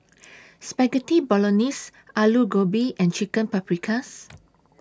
Spaghetti Bolognese Alu Gobi and Chicken Paprikas